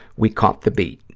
we caught the beat.